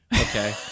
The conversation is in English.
Okay